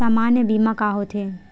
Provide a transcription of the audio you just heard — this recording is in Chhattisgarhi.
सामान्य बीमा का होथे?